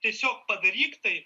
tiesiog padaryk tai